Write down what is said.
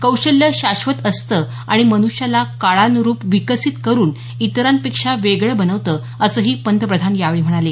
कौशल्य शाश्वत असतं आणि मन्ष्याला काळानुरुप विकसित करून इतरांपेक्षा वेगळं बनवतं असंही पंतप्रधान यावेळी म्हणाले